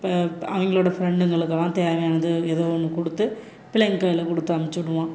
இப்போ அவங்களோட ஃப்ரெண்டுங்களுக்கெல்லாம் தேவையானது ஏதோ ஒன்று கொடுத்து பிள்ளைங்க கையில் கொடுத்து அமுச்சுவிடுவோம்